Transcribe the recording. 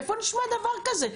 איפה נשמע דבר כזה?